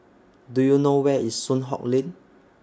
Do YOU know Where IS Soon Hock Lane